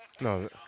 No